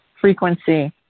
Frequency